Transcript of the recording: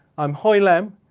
i'm hoi lam.